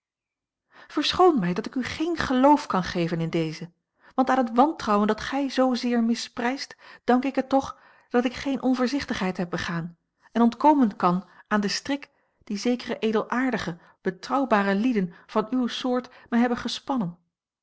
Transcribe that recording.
verschoon mij dat ik u geen geloof kan geven in dezen want aan het wantrouwen dat gij zoozeer misprijst dank ik het toch dat ik geene onvoorzichtigheid heb begaan en ontkomen kan aan den strik dien zekere edelaardige betrouwbare lieden van uwe soort mij hebben gespannen